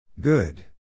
Good